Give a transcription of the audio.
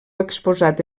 exposat